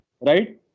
right